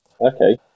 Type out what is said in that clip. Okay